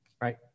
right